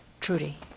Trudy